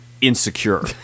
insecure